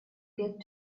get